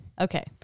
okay